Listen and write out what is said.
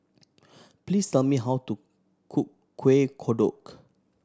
please tell me how to cook Kuih Kodok